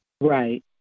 Right